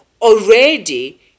already